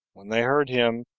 when they heard him,